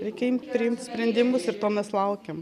reikia imt priimt sprendimus ir to mes laukiam